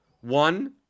one